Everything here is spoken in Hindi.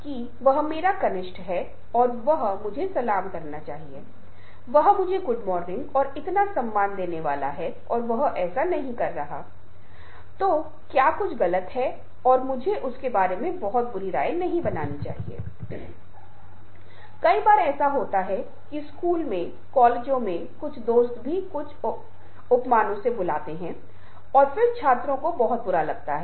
अब इससे पहले कि हम इस चर्चा को समाप्त करें कि मैं आपके साथ क्या साझा करना चाहता हूं जैसा कि हमने पाठ्यक्रम विकसित किया था हमने बहुत से विचार मंथनका विकास किया हमने यह पता लगाने के लिए कई वेबसाइटों की खोज की कि कौन से नरम कौशल थे जिन्हें आपने बहुत महत्वपूर्ण माना है